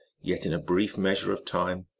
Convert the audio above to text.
yet in a brief meas ure of time,